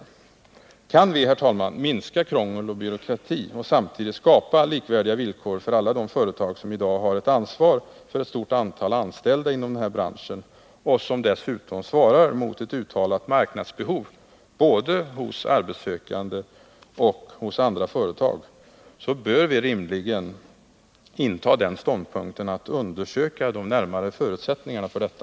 Skall vi, herr talman, minska krångel och byråkrati och samtidigt skapa likvärdiga villkor för alla de företag som i dag har ansvar för ett stort antal anställda och som dessutom svarar mot ett uttalat marknadsbehov, både hos arbetssökande och hos andra företag, bör vi rimligen inta den ståndpunkten att undersöka de närmare förutsättningarna för detta.